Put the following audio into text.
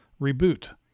Reboot